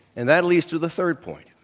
and that leads to the third point.